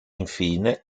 infine